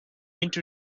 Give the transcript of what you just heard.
into